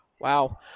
Wow